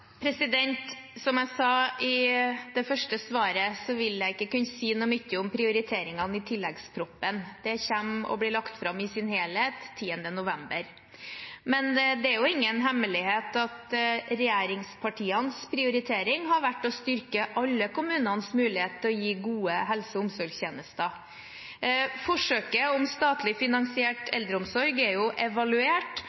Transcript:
Som jeg sa i det første svaret, vil jeg ikke kunne si så mye om prioriteringene i tilleggsproposisjonen. Den kommer til å bli lagt fram i sin helhet 10. november. Men det er ingen hemmelighet at regjeringspartienes prioritering har vært å styrke alle kommunenes mulighet til å gi gode helse- og omsorgstjenester. Forsøket med statlig finansiert